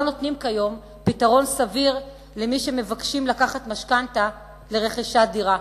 נותנים כיום פתרון סביר למי שמבקשים לקחת משכנתה לרכישת דירה.